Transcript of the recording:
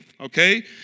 Okay